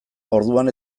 orduan